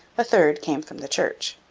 a third came from the church.